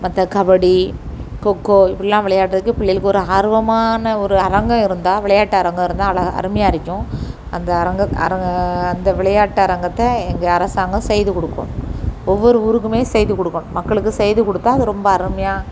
மற்ற கபடி கொக்கோ இப்பிடிலாம் விளையாடுறதுக்கு பிள்ளைகளுக்கு ஒரு ஆர்வமான ஒரு அரங்கம் இருந்தால் விளையாட்டு அரங்கம் இருந்தால் அழகாக அருமையாக இருக்கும் அந்த அரங்கம் அரங்கம் அந்த விளையாட்டு அரங்கத்தை எங்கள் அரசாங்கம் செய்து கொடுக்கும் ஒவ்வொரு ஊருக்குமே செய்து கொடுக்கணும் மக்களுக்கு செய்து கொடுத்தா அது ரொம்ப அருமையாக